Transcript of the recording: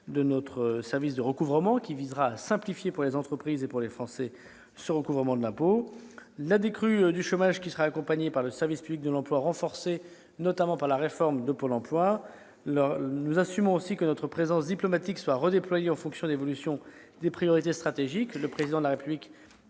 des services sociaux. Nous nous attachons à simplifier pour les entreprises et les citoyens le recouvrement de l'impôt. Par ailleurs, la décrue du chômage sera accompagnée par le service public de l'emploi, renforcé notamment par la réforme de Pôle emploi. Nous assumons aussi que notre présence diplomatique soit redéployée en fonction de l'évolution des priorités stratégiques. Le Président de la République